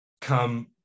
come